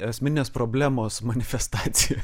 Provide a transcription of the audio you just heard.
asmeninės problemos manifestacija